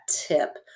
tip